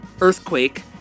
Earthquake